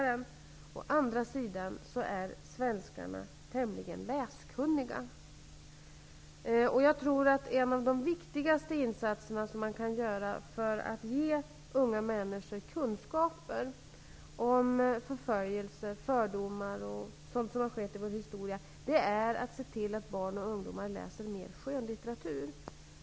Men svenskarna är faktiskt tämligen läskunniga. Jag tror att en av de viktigaste insatser som man kan göra för att ge unga människor kunskaper om förföljelser, fördomar och sådant som har skett i vår historia är att se till att barn och ungdomar läser mer skönlitteratur.